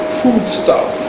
foodstuff